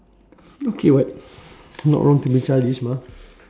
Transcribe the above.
okay [what] not wrong to be childish mah